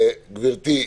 גברתי,